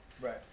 Right